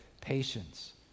patience